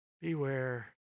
beware